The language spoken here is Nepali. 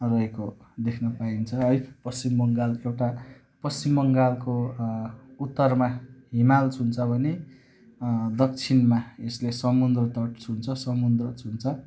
रहेको देख्न पाइन्छ है पश्चिम बङ्गाल एउटा पश्चिम बङ्गालको उत्तरमा हिमाल छुन्छ भने दक्षिणमा यसले समुद्रतट छुन्छ समुद्र छुन्छ